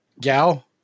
Gal